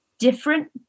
different